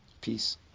Peace